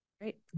Great